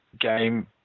game